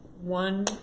one